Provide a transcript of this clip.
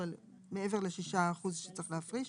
אבל מעבר ל-6% שצריך להפריש.